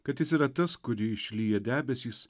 kad jis yra tas kurį išlyja debesys